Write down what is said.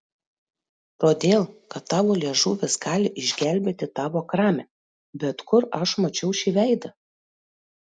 todėl kad tavo liežuvis gali išgelbėti tavo kramę bet kur aš mačiau šį veidą